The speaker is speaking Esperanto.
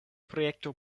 projekto